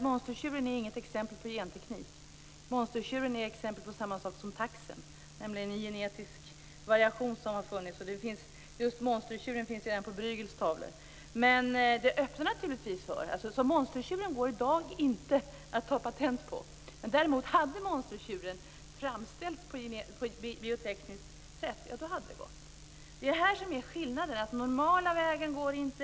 Monstertjuren är inget exempel på genteknik. Den är ett exempel på samma sak som taxen, nämligen en genetisk variation. Monstertjurar finns även på Bruegels tavlor. Det går alltså inte att ta patent på monstertjuren i dag. Men om den hade framställts på ett biotekniskt sätt hade det gått. Det är just detta som skillnaden. Den normala vägen går det inte.